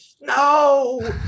No